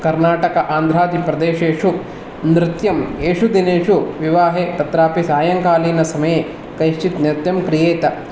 कर्णाटक आन्ध्रादिप्रदेशेषु नृत्यम् एषु दिनेषु विवाहे तत्रापि सायङ्कालीनसमये कैश्चित् नृत्यं क्रियेत